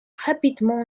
rapidement